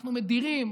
אנחנו מדירים,